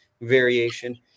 variation